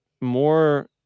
more